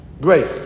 Great